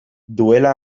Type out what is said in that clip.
duela